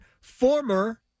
former